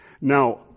Now